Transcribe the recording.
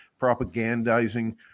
propagandizing